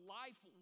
life